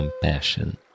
compassion